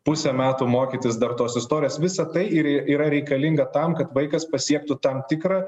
pusę metų mokytis dar tos istorijos visa tai ir yra reikalinga tam kad vaikas pasiektų tam tikrą